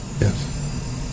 Yes